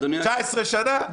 19 שנה?